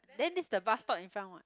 then this the bus stop in front what